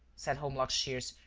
said holmlock shears,